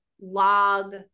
log